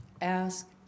Ask